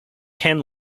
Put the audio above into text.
ken